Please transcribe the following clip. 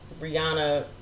Rihanna